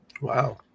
Wow